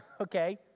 okay